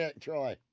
try